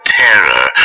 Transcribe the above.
terror